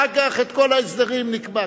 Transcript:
אחר כך, את כל ההסדרים נקבע.